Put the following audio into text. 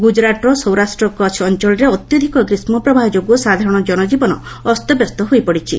ଗୁଜରାଟର ସୌରାଷ୍ଟ୍ର କଚ୍ଚ ଅଞ୍ଚଳରେ ଅତ୍ୟଧିକ ଗ୍ରୀଷ୍ମ ପ୍ରବାହ ଯୋଗୁଁ ସାଧାରଣ ଜନଜୀବନ ଅସ୍ତବ୍ୟସ୍ତ ହୋଇପଡ଼ିଛି